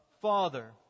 Father